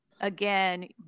Again